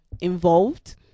involved